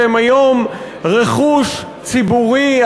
שהם היום רכוש ציבורי,